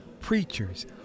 preachers